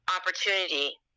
opportunity